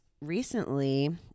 recently